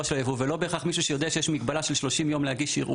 של הייבוא ולא בהכרח מישהו שיודע שיש מגבלה של 30 יום להגיש ערעור.